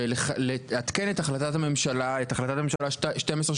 לעדכן את החלטת הממשלה 1231,